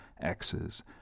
X's